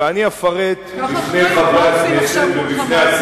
ואני אפרט בפני חברי הכנסת,